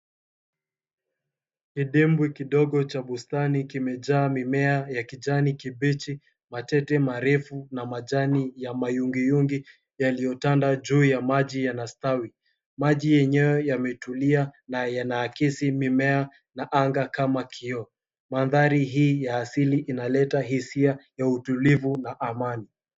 Kidimbwi kidogo cha bustani, kimejaa mimea ya kijani kibichi, matete marefu na majani ya mayungi yungi yaliyotanda juu ya maji. Yanastawi, maji yenyewe yametulia na yanaakisi mimea na anga kama kioo. Manthari hii ya asili inaleta hisia ya utulivu na amani.